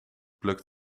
pluk